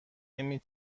نمی